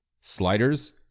Sliders